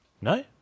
No